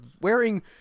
wearing